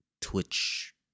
Twitch